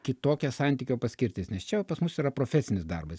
kitokia santykio paskirtis nes čia va pas mus yra profesinis darbas